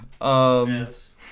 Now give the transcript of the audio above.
Yes